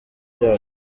byacu